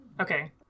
Okay